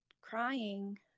crying